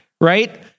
right